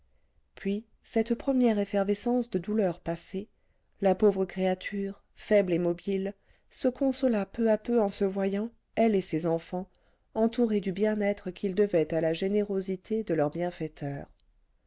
puis cette première effervescence de douleur passée la pauvre créature faible et mobile se consola peu à peu en se voyant elle et ses enfants entourés du bien-être qu'ils devaient à la générosité de leur bienfaiteur